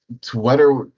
Twitter